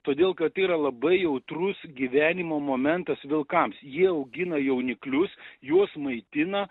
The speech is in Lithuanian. todėl kad yra labai jautrus gyvenimo momentas vilkams jie augina jauniklius juos maitina